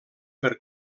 per